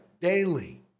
daily